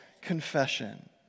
confession